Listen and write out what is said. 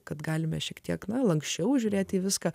kad galime šiek tiek lanksčiau žiūrėti į viską